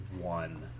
one